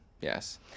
Yes